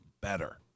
better